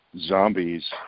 zombies